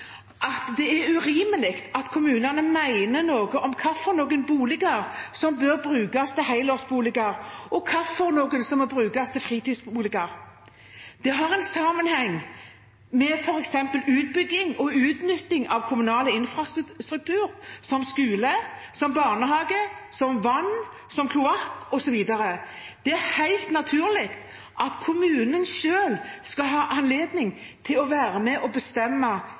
at det er urimelig at kommunene mener noe om hvilke boliger som bør brukes til helårsboliger, og hvilke som bør brukes til fritidsboliger. Det har sammenheng med f.eks. utbygging og utnytting av kommunal infrastruktur som skole, som barnehage, som vann, som kloakk osv. Det er helt naturlig at kommunen selv skal ha anledning til å være med og bestemme